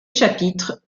chapitre